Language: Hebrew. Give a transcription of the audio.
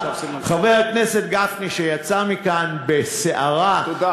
חבר הכנסת גפני, שיצא מכאן בסערה, תודה.